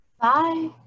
Bye